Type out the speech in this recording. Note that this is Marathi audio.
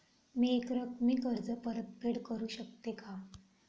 मी एकरकमी कर्ज परतफेड करू शकते का?